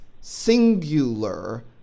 singular